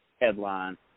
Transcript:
headline